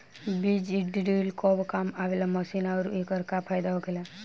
बीज ड्रील कब काम आवे वाला मशीन बा आऊर एकर का फायदा होखेला?